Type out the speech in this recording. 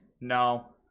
No